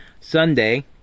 Sunday